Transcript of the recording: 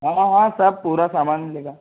ہاں ہاں سب پورا سامان ملے گا